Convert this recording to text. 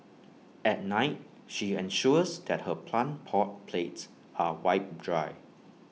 at night she ensures that her plant pot plates are wiped dry